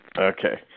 Okay